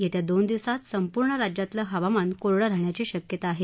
येत्या दोन सिवसात संपूर्ण राज्यातलं हवामान कोरडं राहण्याची शक्यता आहे